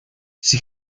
she